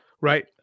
right